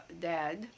dad